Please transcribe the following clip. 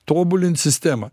tobulint sistemą